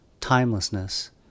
timelessness